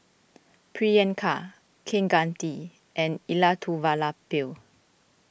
Priyanka Kaneganti and Elattuvalapil